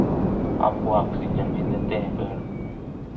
आपको ऑक्सीजन भी देते हैं पेड़